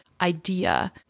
idea